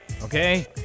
Okay